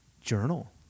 journal